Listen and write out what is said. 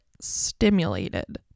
stimulated